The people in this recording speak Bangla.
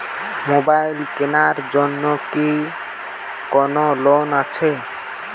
মোবাইল কেনার জন্য কি কোন লোন আছে?